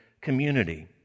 community